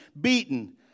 beaten